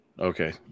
Okay